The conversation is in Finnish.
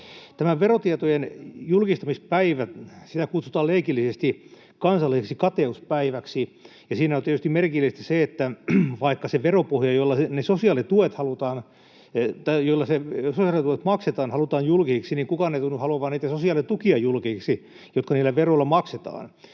Verotietojen julkistamispäivää kutsutaan leikillisesti ”kansalliseksi kateuspäiväksi”, ja siinä on tietysti merkillistä se, että vaikka se veropohja, jolla sosiaalituet maksetaan, halutaan julkiseksi, niin kukaan ei tunnu haluavan julkisiksi niitä sosiaalitukia, jotka niillä veroilla maksetaan.